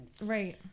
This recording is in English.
Right